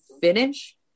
finish